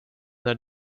när